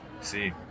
see